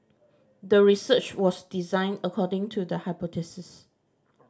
the research was designed according to the hypothesis